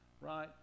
right